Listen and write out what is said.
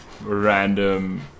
random